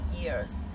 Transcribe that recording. years